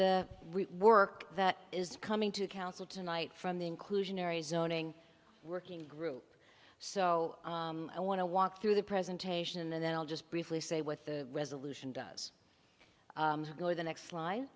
we work that is coming to council tonight from the inclusionary zoning working group so i want to walk through the presentation and then i'll just briefly say with the resolution does go to the next li